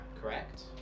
correct